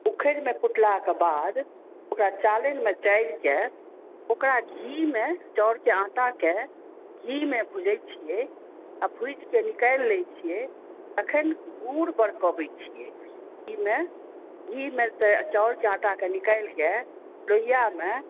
उखरिमे कुटलाके बाद ओकरा चालनिमे चाइलके ओकरा घीमे चाउरके आँटाके घीमे भुजै छियै आ भुजिके निकालि लै छियै तखन गुड़ बरकबै छियै घीमे घीमे से चाउरके आँटाके निकालिके लोहियामे